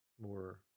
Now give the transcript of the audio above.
more